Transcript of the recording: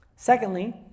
Secondly